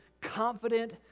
confident